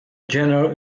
general